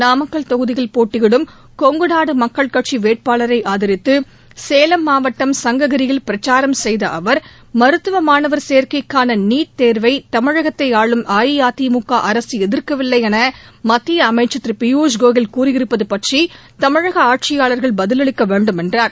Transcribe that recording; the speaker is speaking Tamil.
நாமக்கல் தொகுதியில் போட்டியிடும் கொங்குநாடு மக்கள் கட்சி வேட்பாளரை ஆதரித்து சேலம் மாவட்டம் சங்ககிரியில் பிரச்சாரம் செய்த அவர் மருத்துவ மாணவர் சேர்க்கைக்கான நீட் தேர்வை தமிழகத்தை ஆளும் அஇஅதிமுக திரு பியூஷ் கோயல் கூறியிருப்பது பற்றி தமிழக ஆட்சியாளர்கள் பதிலளிக்க வேண்டும் என்றார்